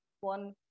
one